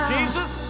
Jesus